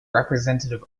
representative